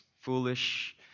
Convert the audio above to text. foolish